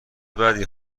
بدی